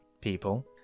people